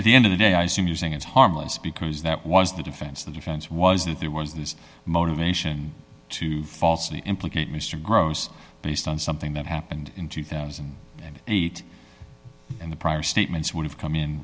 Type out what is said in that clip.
at the end of the day i assume using it's harmless because that was the defense the defense was that there was this motivation to falsely implicate mr gross based on something that happened in two thousand and eight and the prior statements would have come in